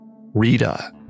Rita